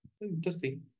Interesting